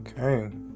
Okay